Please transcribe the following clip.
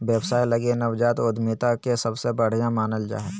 व्यवसाय लगी नवजात उद्यमिता के सबसे बढ़िया मानल जा हइ